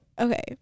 okay